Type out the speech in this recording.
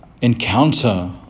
encounter